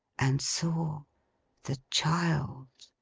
and saw the child!